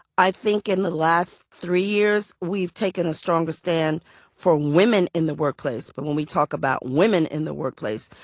i think in the last three years, we've taken a stronger stand for women in the workplace. but when we talk about women in the workplace,